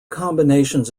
combinations